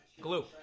Glue